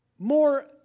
More